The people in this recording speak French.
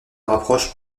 rapprochent